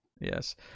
Yes